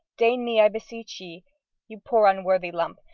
daigne me i beseech ye you poor unworthy lump,